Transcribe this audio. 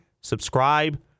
subscribe